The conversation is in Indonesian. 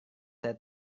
saya